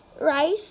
rice